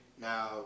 Now